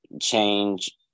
change